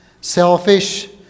selfish